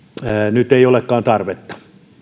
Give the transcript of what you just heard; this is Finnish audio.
nyt ei olekaan tarvetta